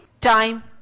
time